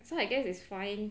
so I guess it's fine